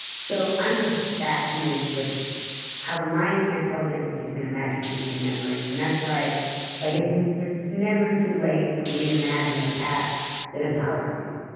so i'm just fascinated with how the mind can't tell that it was between imagination and memory, and that's why like it's it's never too late to reimagine the past that empowers you